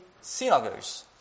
synagogues